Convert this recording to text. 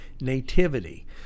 nativity